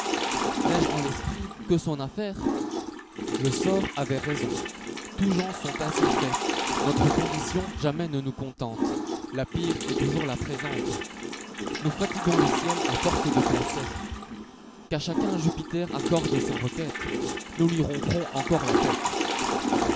n'ai-je en l'esprit que son affaire le sort avait raison tous gens sont ainsi faits notre condition jamais ne nous contente j la pire est toujours la présente nous fatiguons le ciel à force de placets qu'à chacun jupiter accorde sa requête nous lui romprons encor la tête